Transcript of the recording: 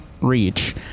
reach